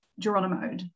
Geronimo